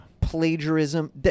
plagiarism